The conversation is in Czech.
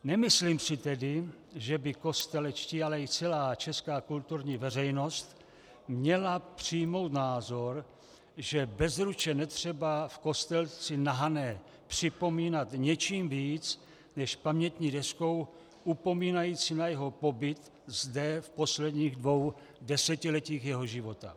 Nemyslím si tedy, že by kostelečtí, ale i celá česká kulturní veřejnost měla přijmout názor, že Bezruče netřeba v Kostelci na Hané připomínat něčím víc než pamětní deskou upomínající na jeho pobyt zde v posledních dvou desetiletích jeho života.